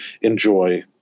enjoy